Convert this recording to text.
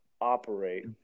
operate